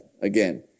again